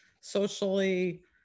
socially